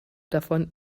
davon